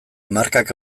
markak